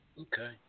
Okay